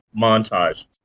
montage